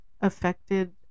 affected